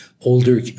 older